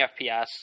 FPS